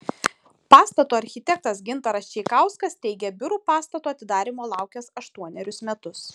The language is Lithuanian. pastato architektas gintaras čeikauskas teigė biurų pastato atidarymo laukęs aštuonerius metus